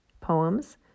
poems